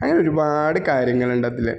അങ്ങനൊരുപാട് കാര്യങ്ങളുണ്ടതില്